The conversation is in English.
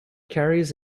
carries